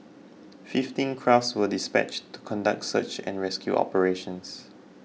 fifteen crafts were dispatched to conduct search and rescue operations